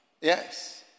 Yes